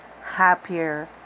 happier